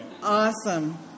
Awesome